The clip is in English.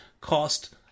cost